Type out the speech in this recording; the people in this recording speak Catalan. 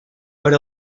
per